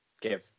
give